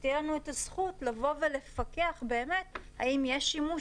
שתהיה לנו את הזכות לבוא ולפקח אם יש שימוש